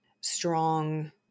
strong